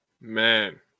Man